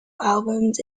albums